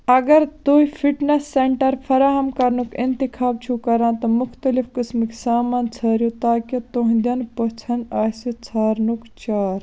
اَگر تُہۍ fitness centre فراہم کَرنُک اِنتِخاب چھِو کران تہٕ مختلف قٕسمٕکۍ سامان ژھٲرِو تاکہِ تُہٕنٛدٮ۪ن پوٚژھٮ۪ن آسہِ ژھارنُک چار